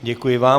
Děkuji vám.